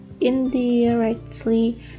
indirectly